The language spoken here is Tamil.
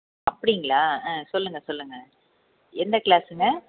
அப்படீங்களா ஆ சொல்லுங்கள் சொல்லுங்கள் எந்த க்ளாஸுங்க